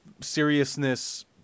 seriousness